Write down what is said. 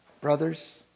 brothers